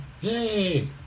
Yay